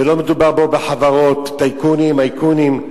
ולא מדובר פה בחברות, טייקונים, מייקונים,